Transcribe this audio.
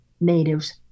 natives